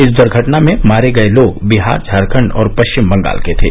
इस दुर्घटना में मारे गए लोग विहार झारखंड और पश्चिम बंगाल के थे